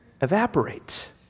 evaporate